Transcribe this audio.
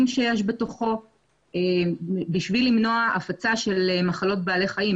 שיש בתוכו כדי למנוע הפצה של מחלות בעלי חיים.